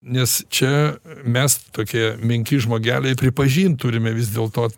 nes čia mes tokie menki žmogeliai pripažint turime vis dėlto